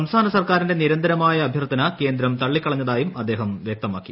സംസ്ഥാന സർക്കാരിന്റെ നിരന്തരമായ അഭ്യർത്ഥന കേന്ദ്രം തള്ളി കളഞ്ഞതായും അദ്ദേഹം വൃക്തമാക്കി